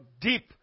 deep